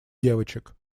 девочек